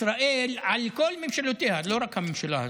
ישראל על כל ממשלותיה, לא רק הממשלה הזאת,